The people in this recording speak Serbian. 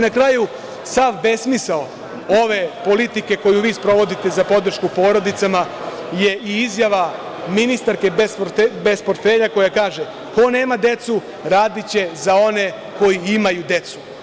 Na kraju, sav besmisao ove politike koju vi sprovodite za podršku porodicama je i izjava ministarke bez portfelja, koja kaže – Ko nema decu radiće za one koji imaju decu.